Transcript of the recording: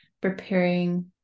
preparing